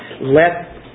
Let